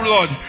Lord